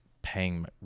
Paying